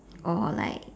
or like